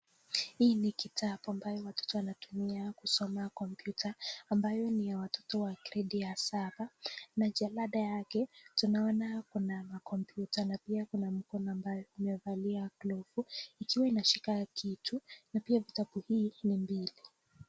Hii ni kitabu ambayo watoto wanatumia kusoma (cs) computer (cs) ambayo ni ya watoto wa gredi ya saba na jarada yake tunaona kuna ma(cs) computer (cs) na pia kuna mkono ambayo imevalia glovu ikiwa inashika kitu na pia vitabu hii ni mbili.